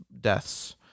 deaths